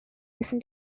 listen